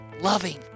loving